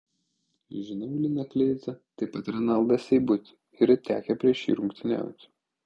žinau liną kleizą taip pat renaldą seibutį yra tekę prieš jį rungtyniauti